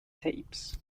tapes